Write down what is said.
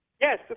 Yes